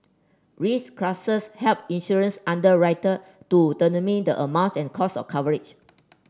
risk classes help insurance underwriter to the amount and cost of coverage